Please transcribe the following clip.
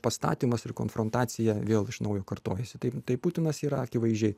pastatymas ir konfrontacija vėl iš naujo kartojasi taip tai putinas yra akivaizdžiai